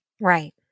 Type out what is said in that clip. Right